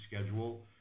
schedule